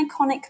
iconic